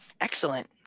Excellent